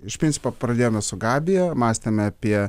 iš principo pradėjome su gabija mąstėme apie